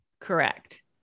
Correct